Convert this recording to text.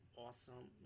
awesome